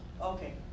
Okay